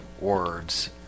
words